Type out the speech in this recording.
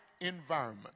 environment